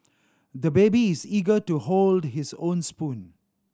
the baby is eager to hold his own spoon